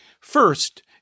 First